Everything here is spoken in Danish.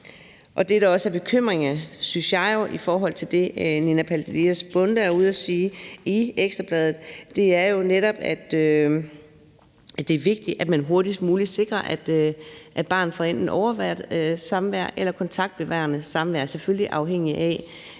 Det, der også er bekymrende, synes jeg, i forhold til det, Nina Palesa Bonde er ude at sige i Ekstra Bladet, er jo netop, at det er vigtigt, at man hurtigst muligt sikrer, at barnet enten får overværet samvær eller kontaktbevarende samvær, selvfølgelig afhængigt af